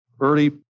early